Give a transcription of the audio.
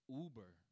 uber